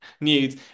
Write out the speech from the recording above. nudes